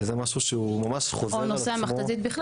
שזה משהו שממש חוזר על עצמו.